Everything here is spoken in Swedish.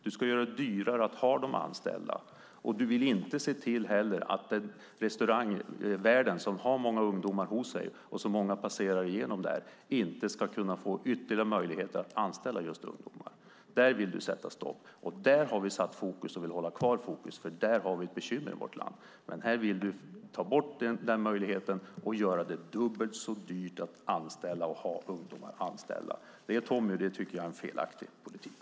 Du ska göra det dyrare att ha dem anställda. Du vill inte heller se till att restaurangvärlden, som har många ungdomar hos sig och som många passerar igenom, ska kunna få ytterligare möjligheter att anställa just ungdomar. Där vill du sätta stopp. Där har vi satt fokus och vill hålla kvar fokus, för där har vi ett bekymmer i vårt land. Den möjligheten vill du ta bort och göra det dubbelt så dyrt att anställa ungdomar och att ha ungdomar anställda. Det, Tommy, tycker jag är en felaktig politik.